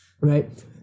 Right